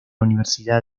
universidad